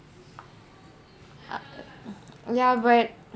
ya but